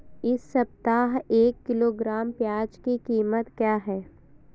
इस सप्ताह एक किलोग्राम प्याज की कीमत क्या है?